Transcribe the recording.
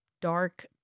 dark